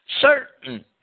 certain